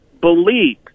believe